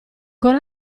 con